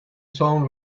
sound